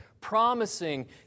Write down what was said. promising